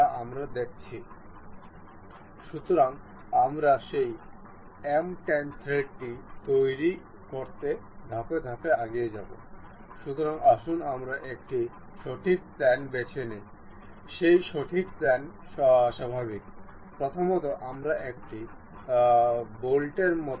আমরা দেখতে পাচ্ছি যে এটি সম্পূর্ণরূপে ঘূর্ণায়মান হতে পারে না আসুন আমরা কেবল এই আইটেমটি ঠিক করি ফিক্স এ ক্লিক করুন